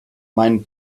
meinen